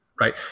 right